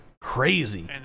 Crazy